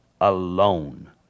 alone